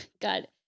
God